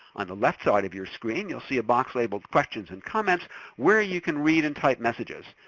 on the left side of your screen you'll see a box labeled questions and comments where you can read and type messages.